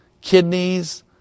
kidneys